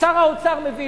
שר האוצר מבין.